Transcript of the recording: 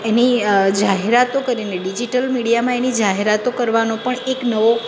એની જાહેરાતો કરીને ડિઝિટલ મીડિયામાં એની જાહેરાતો કરવાનો પણ એક નવો